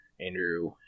Andrew